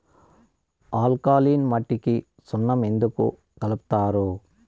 alkaline మట్టికి సున్నం ఎందుకు కలుపుతారు